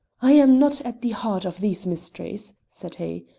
i am not at the heart of these mysteries, said he,